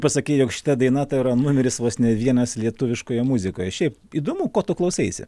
pasakei jog šita daina tau yra numeris vos ne vienas lietuviškoje muzikoje šiaip įdomu ko tu klausaisi